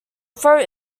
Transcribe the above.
throat